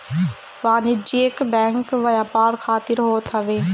वाणिज्यिक बैंक व्यापार खातिर होत हवे